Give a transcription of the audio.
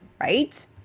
right